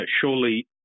surely